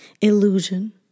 illusion